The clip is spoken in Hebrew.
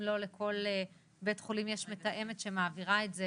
אם לא לכל בית חולים יש מתאמת שמעבירה את זה